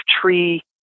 tree